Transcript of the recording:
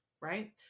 right